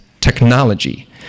technology